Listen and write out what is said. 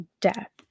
death